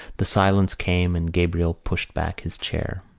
the silence came and gabriel pushed back his chair.